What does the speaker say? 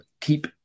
keep